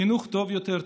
חינוך טוב יותר,